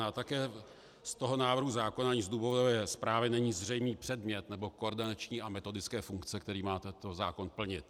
A také z toho návrhu zákona ani z důvodové zprávy není zřejmý předmět nebo koordinační a metodické funkce, které má tento zákon plnit.